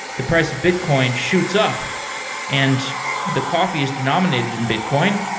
the price of bitcoin shoots up and the coffee is denominated in bitcoin,